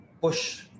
push